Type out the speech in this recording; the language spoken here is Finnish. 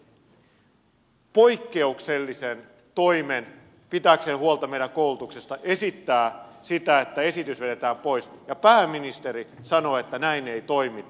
hän tekee poikkeuksellisen toimen pitääkseen huolta meidän koulutuksesta esittää sitä että esitys vedetään pois ja pääministeri sanoo että näin ei toimita